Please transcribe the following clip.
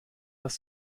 das